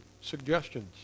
suggestions